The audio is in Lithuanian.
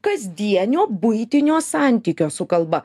kasdienio buitinio santykio su kalba